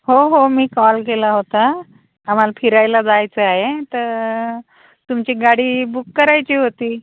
हो हो मी कॉल केला होता आम्हाला फिरायला जायचं आहे तर तुमची गाडी बुक करायची होती